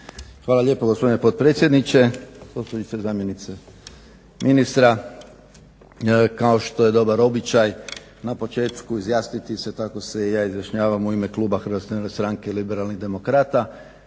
Hvala lijepo gospodine potpredsjedniče, gospođice zamjenice ministra. Kao što je dobar običaj na početku izjasniti se, tako se i ja izjašnjavam u ime kluba Hrvatske narodne stranke i Liberalnih demokrata,